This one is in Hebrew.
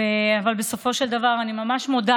אבל בסופו של דבר אני ממש מודה,